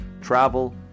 travel